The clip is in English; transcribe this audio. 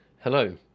Hello